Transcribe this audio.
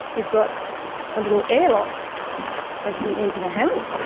we've got a little airlock as we enter the house.